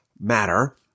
matter